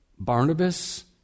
Barnabas